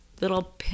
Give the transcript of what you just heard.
little